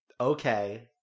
Okay